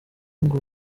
ngo